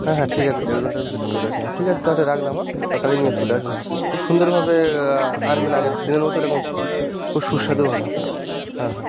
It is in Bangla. হ্যাঁ হ্যাঁ ঠিক আছে দেড় ঘণ্টার ভিতরে চলে আসুন ঠিক আছে তাহলে রাখলাম হ্যাঁ তাড়াতাড়ি নিয়ে চলে আসুন খুব সুন্দরভাবে আনবেন আগের দিনের মতো এরকম খুব সুস্বাদু হবে হ্যাঁ হ্যাঁ